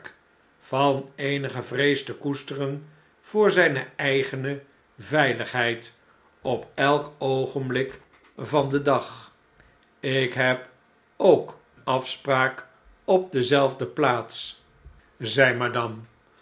van eenige vrees tekoesteren voor zjjne eigene veiligheid op elk oogenblik van den dag ik heb ook afspraak op dezelfde plaats zei madame